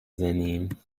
بزنیم